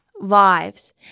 lives